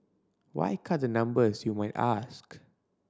why cut the numbers you might ask